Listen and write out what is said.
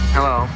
Hello